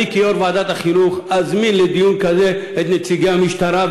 אני כיושב-ראש ועדת החינוך אזמין לדיון כזה את נציגי המשטרה,